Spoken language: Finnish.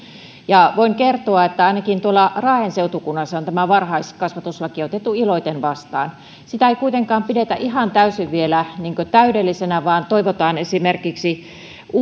ja voin kertoa että ainakin tuolla raahen seutukunnassa on tämä varhaiskasvatuslaki otettu iloiten vastaan sitä ei kuitenkaan pidetä vielä ihan täydellisenä vaan toivotaan esimerkiksi